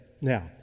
Now